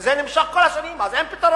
וזה נמשך כל השנים, אז אין פתרון.